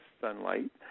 sunlight